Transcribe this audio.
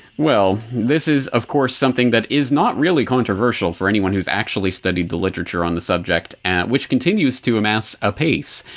well, this is of course something that is not really controversially for anyone who's actually studied the literature on the subject, and which continues to amass a pace.